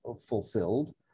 fulfilled